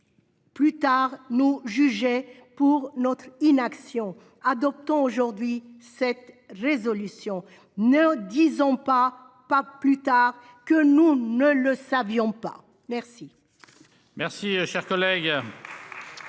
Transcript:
plus tard, nous juger pour notre inaction, adoptons aujourd'hui cette résolution. Ne disons pas, plus tard, que nous ne savions pas. La